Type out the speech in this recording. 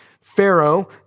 Pharaoh